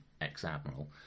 ex-admiral